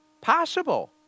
Possible